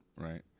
right